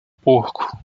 porco